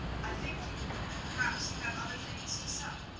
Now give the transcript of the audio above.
i thank you, and perhaps you have other things to sell.